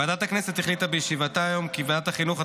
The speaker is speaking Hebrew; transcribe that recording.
ועדת הכנסת החליטה בישיבתה היום כי ועדת החינוך,